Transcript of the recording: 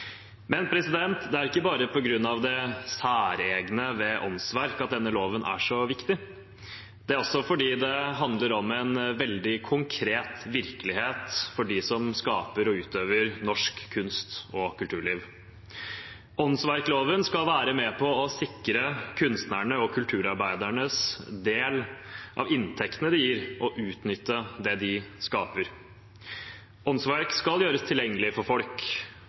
Men det er ikke bare på grunn av det særegne ved åndsverk at denne loven er så viktig. Den er også viktig fordi det handler om en veldig konkret virkelighet for dem som skaper og utøver norsk kunst og kulturliv. Åndsverkloven skal være med på å sikre kunstnerne og kulturarbeiderne sin del av inntektene det gir å utnytte det de skaper. Åndsverk skal gjøres tilgjengelig for folk,